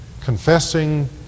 confessing